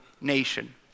nation